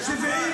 רד.